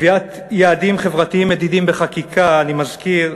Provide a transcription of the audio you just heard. קביעת יעדים חברתיים מדידים בחקיקה, אני מזכיר,